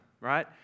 right